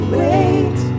wait